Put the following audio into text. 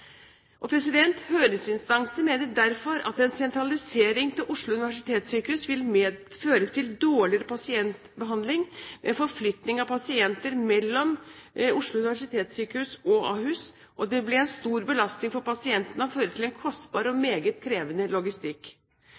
mener derfor at en sentralisering til Oslo universitetssykehus vil føre til dårligere pasientbehandling med forflytning av pasienter mellom Oslo universitetssykehus og Ahus. Det vil bli en stor belastning for pasientene og føre til en kostbar og meget krevende logistikk.